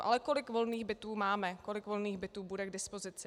Ale kolik volných bytů máme, kolik volných bytů bude k dispozici?